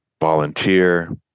Volunteer